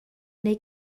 neu